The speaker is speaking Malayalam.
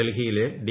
ഡൽഹിയിലെ ഡി